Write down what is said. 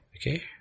okay